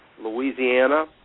Louisiana